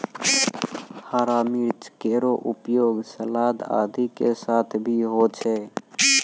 हरा मिर्च केरो उपयोग सलाद आदि के साथ भी होय छै